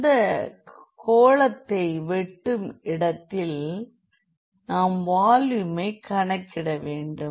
அந்த உருண்டையை வெட்டும் இடத்தில் நாம் வால்யூமை கணக்கிடவேண்டும்